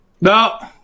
no